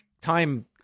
time